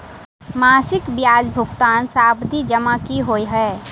मासिक ब्याज भुगतान सावधि जमा की होइ है?